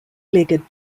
legged